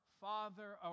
Father